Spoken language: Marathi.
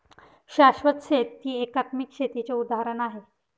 शाश्वत शेती हे एकात्मिक शेतीचे उदाहरण आहे